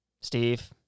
Steve